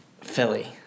Philly